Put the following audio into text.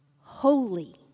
holy